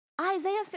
isaiah